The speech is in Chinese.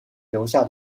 留下